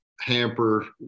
hamper